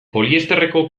poliesterreko